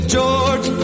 George